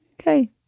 Okay